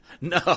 No